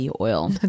oil